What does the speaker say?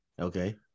Okay